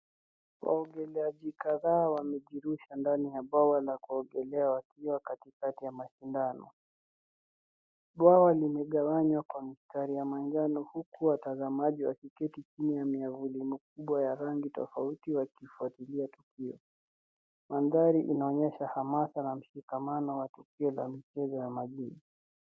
Waogeleaji kadhaa wamejirusha ndani ya bwawa la kuogelea wakiwa katikati ya mashindano. Bwawa limegawanywa kwa mistari ya manjano huku watazamaji wakiketi chini ya miavuli mikubwa ya rangi tofauti wakifuatilia tukio. Mandhari inaonyesha hamasa, na mshikamano wa tukio la majini.